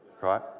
Right